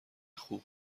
خوب